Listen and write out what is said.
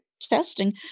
testing